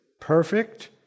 perfect